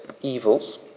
evils